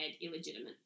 illegitimate